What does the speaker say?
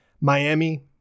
Miami –